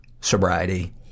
sobriety